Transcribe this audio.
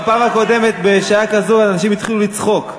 בפעם הקודמת בשעה כזאת אנשים התחילו לצחוק.